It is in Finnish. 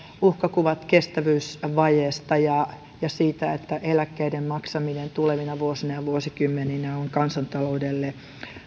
uhkakuvat kestävyysvajeesta ja ja siitä että eläkkeiden maksaminen tulevina vuosina ja vuosikymmeninä on kansantaloudelle